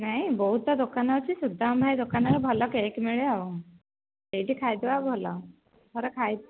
ନାହିଁ ବହୁତ ତ ଦୋକାନ ଅଛି ସୁଦାମ ଭାଇ ଦୋକାନରେ ଭଲ କେକ୍ ମିଳେ ଆଉ ସେହିଠି ଖାଇଦେବା ଭଲ ଥରେ ଖାଇ